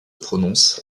prononce